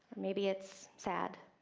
maybe it's sad,